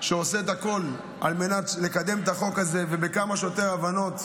שעושה את הכול על מנת לקדם את החוק הזה ובכמה שיותר הבנות,